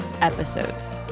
episodes